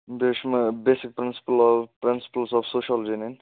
بیٚیہِ حظ چھُ مےٚ basic principle of principles of social جی نِنۍ